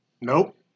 Nope